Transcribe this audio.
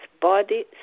Body